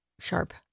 Sharp